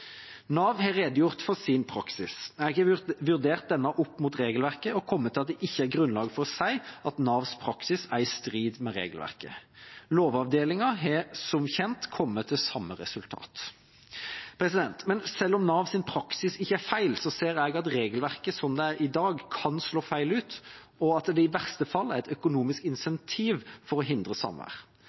Nav har redegjort for sin praksis. Jeg har vurdert den opp mot regelverket og kommet til at det ikke er grunnlag for å si at Navs praksis er i strid med regelverket. Lovavdelingen har som kjent kommet til samme resultat. Men selv om Navs praksis ikke er feil, ser jeg at regelverket som det er i dag, kan slå feil ut, og at det i verste fall er et økonomisk insentiv for å hindre samvær.